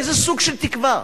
איזה סוג של תקווה?